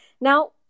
Now